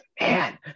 man